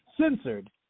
censored